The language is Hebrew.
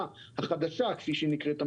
החדשה כפי שהיא נקראת.